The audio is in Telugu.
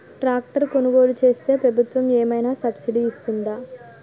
ట్రాక్టర్ కొనుగోలు చేస్తే ప్రభుత్వం ఏమైనా సబ్సిడీ ఇస్తుందా?